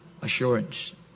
assurance